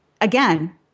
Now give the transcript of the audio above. again